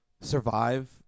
Survive